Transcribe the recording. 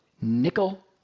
nickel